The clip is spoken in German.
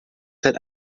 seit